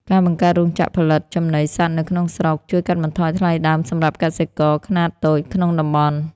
ការបង្កើតរោងចក្រផលិតចំណីសត្វនៅក្នុងស្រុក ជួយកាត់បន្ថយថ្លៃដើមសម្រាប់កសិករខ្នាតតូចក្នុងតំបន់។